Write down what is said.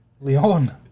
Leon